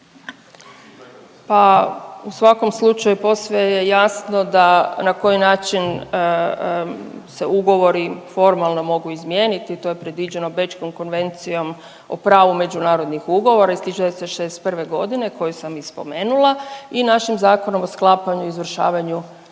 Pa u svakom slučaju, posve je jasno da na koji način se ugovori formalno mogu izmijeniti, to je predviđeno Bečkom konvencijom o pravu međunarodnih ugovora iz 1961. g. koju sam i spomenula i našim Zakonom o sklapanju i izvršavanju